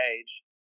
age